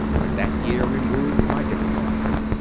but that year removed my difficulties.